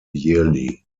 yearly